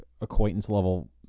acquaintance-level